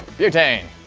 butane!